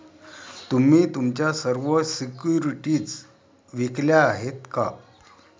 तुम्ही तुमच्या सर्व सिक्युरिटीज विकल्या आहेत का?